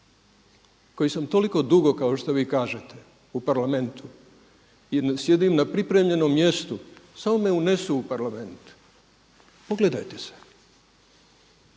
koji sam toliko dugo kao što vi kažete u Parlamentu i sjedim na pripremljenom mjestu, samo me unesu u Parlament. Pogledajte se!